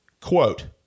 Quote